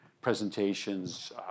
presentations